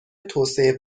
توسعه